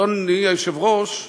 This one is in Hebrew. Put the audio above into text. אדוני היושב-ראש היה,